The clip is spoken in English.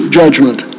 judgment